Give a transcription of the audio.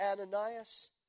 Ananias